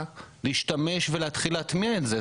להשתמש בזה ולהתחיל להטמיע את זה.